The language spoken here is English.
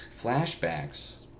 flashbacks